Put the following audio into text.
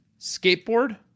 skateboard